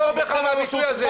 תחזור בך מהביטוי הזה.